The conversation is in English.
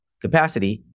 capacity